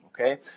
okay